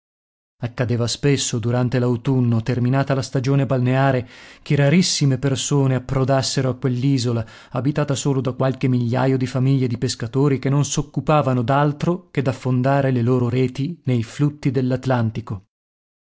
accadeva spesso durante l'autunno terminata la stagione balneare che rarissime persone approdassero a quell'isola abitata solo da qualche migliaio di famiglie di pescatori che non s'occupavano d'altro che d'affondare le loro reti nei flutti